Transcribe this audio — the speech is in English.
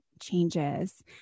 Changes